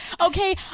Okay